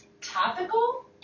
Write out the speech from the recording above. Topical